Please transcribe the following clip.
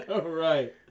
Right